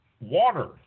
water